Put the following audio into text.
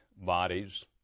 bodies